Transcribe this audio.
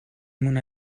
mona